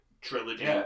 trilogy